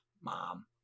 mom